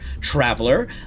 traveler